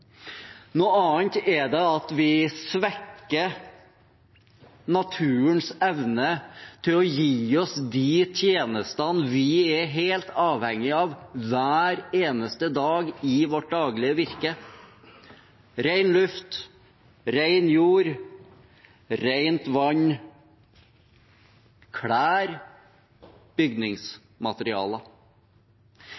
Noe annet er at vi svekker naturens evne til å gi oss de tjenestene vi er helt avhengig av hver eneste dag i vårt daglige virke: rein luft, rein jord, reint vann, klær,